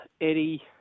Eddie